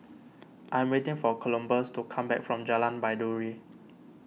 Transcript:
I am waiting for Columbus to come back from Jalan Baiduri